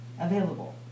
available